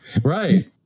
right